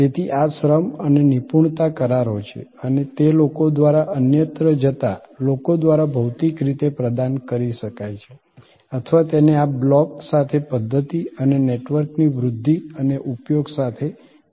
તેથી આ શ્રમ અને નિપુણતા કરારો છે અને તે લોકો દ્વારા અન્યત્ર જતા લોકો દ્વારા ભૌતિક રીતે પ્રદાન કરી શકાય છે અથવા તેને આ બ્લોક સાથે પધ્ધતિ અને નેટવર્કની વૃધ્ધિ અને ઉપયોગ સાથે જોડી શકાય છે